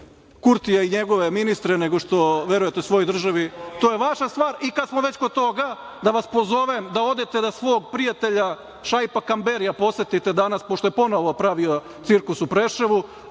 Kurtija i njegove ministre, nego što verujete svojoj državi, to je vaša stvar. Kada smo već kod toga, da vas pozovem da odete da svog prijatelja. Šaipa Kamberija posetite danas pošto je ponovo pravio cirkus u Preševu.